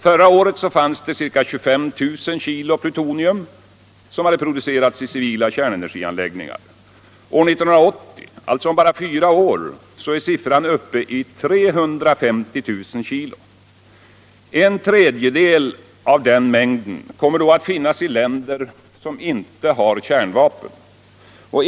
Förra året fanns ca 25 000 kg plutonium som hade producerats i civila kärnenergianläggningar. År 1980, alltså om bara fyra år, är siffran uppe i 350 000 kg. En tredjedel av den mängden kommer då att finnas i länder som i dag inte har kärnvapen.